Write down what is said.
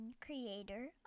creator